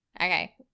okay